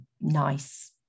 nice